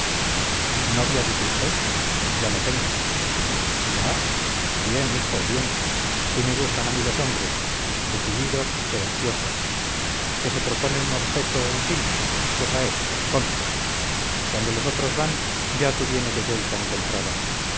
novia dice usted ya la tengo ya bien hijo bien así me gustan a mí los hombres decididos querenciosos que se proponen un objeto un fin pues a él contro cuando los otros van ya tú vienes de vuelta encontrada